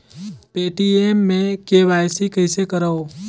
Paytm मे KYC कइसे करव?